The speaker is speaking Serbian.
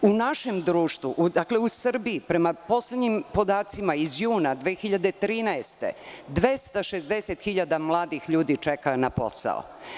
U našem društvu, u Srbiji, prema poslednjim podacima iz juna 2013. godine, 260.000 mladih ljudi čeka na posao.